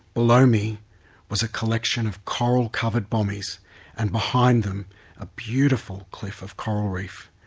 below me was a collection of coral-covered bommies and behind them a beautiful cliff of coral reef.